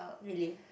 really